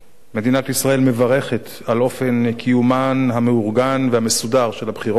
מדינת ישראל מברכת על אופן קיומן המאורגן והמסודר של הבחירות שם.